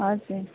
हजुर